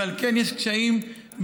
ועל כן יש קשיים באישורו.